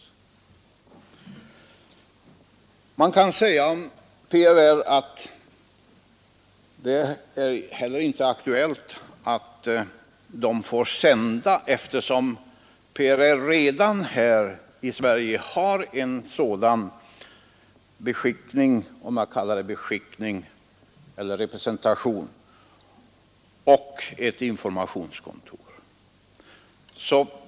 Man kan också säga att det inte är aktuellt för PRR att sända någon representation, eftersom man redan har en sådan beskickning — om jag så får kalla den — och ett informationskontor.